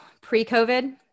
pre-COVID